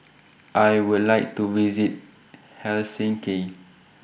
I Would like to visit Helsinki